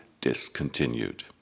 discontinued